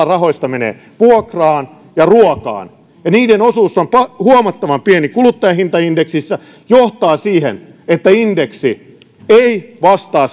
rahoista menee vuokraan ja ruokaan ja kun niiden osuus on huomattavan pieni kuluttajahintaindeksissä se johtaa siihen että indeksi ei vastaa